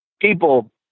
People